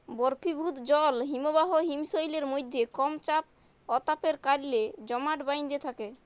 বরফিভুত জল হিমবাহ হিমশৈলের মইধ্যে কম চাপ অ তাপের কারলে জমাট বাঁইধ্যে থ্যাকে